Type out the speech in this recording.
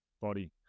body